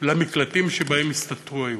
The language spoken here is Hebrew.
למקלטים שבהם הסתתרו היהודים.